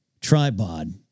tripod